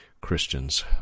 Christians